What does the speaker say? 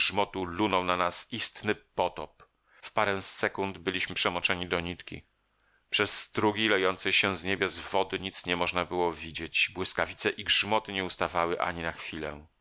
grzmotu lunął na nas istny potop w parę sekund byliśmy przemoczeni do nitki przez strugi lejącej się z niebios wody nic nie można było widzieć błyskawice i grzmoty nie ustawały ani na chwilę